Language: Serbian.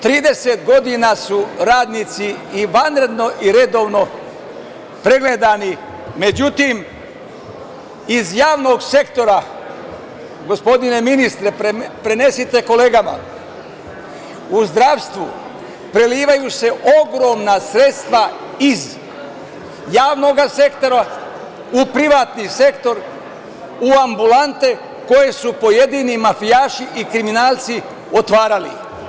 Trideset godina su radnici i vanredno i redovno pregledani, međutim, iz javnog sektora, gospodine ministre, prenesite kolegama, u zdravstvu prelivaju se ogromna sredstva iz javnoga sektora u privatni sektorm u ambulante koje su pojedini mafijaši i kriminalci otvarali.